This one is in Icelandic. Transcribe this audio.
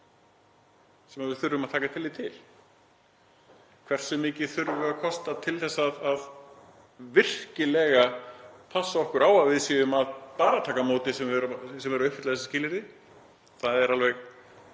sem við þurfum að taka tillit til. Hversu miklu þurfum við að kosta til til að virkilega að passa okkur á því að við séum að bara taka á móti þeim sem eru að uppfylla þessi skilyrði? Það er alveg